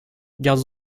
gardes